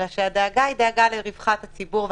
הדאגה היא דאגה לרווחת הציבור.